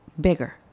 bigger